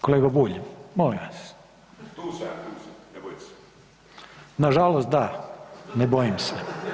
Kolega Bulj, molim vas … [[Upadica: Ne razumije se.]] nažalost da, ne bojim se.